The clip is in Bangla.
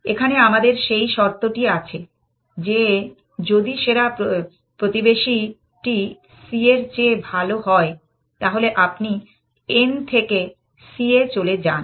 এখানে আমাদের সেই শর্তটি আছে যে যদি সেরা প্রতিবেশীটি c এর চেয়ে ভাল হয় তাহলে আপনি n থেকে c এ চলে যান